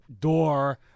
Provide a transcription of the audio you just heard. door